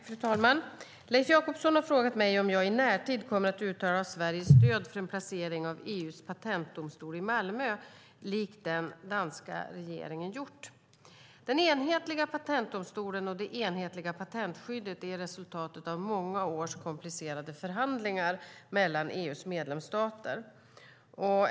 Fru talman! Leif Jakobsson har frågat mig om jag i närtid kommer att uttala Sveriges stöd för en placering av EU:s patentdomstol i Malmö likt den danska regeringen gjort. Den enhetliga patentdomstolen och det enhetliga patentskyddet är resultatet av många års komplicerade förhandlingar mellan EU:s medlemsstater.